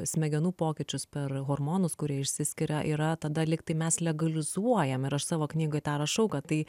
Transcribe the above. smegenų pokyčius per hormonus kurie išsiskiria yra tada lygtai mes legalizuojam ir aš savo knygoj tą rašau kad tai